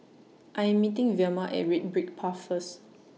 I Am meeting Vilma At Red Brick Path First